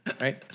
right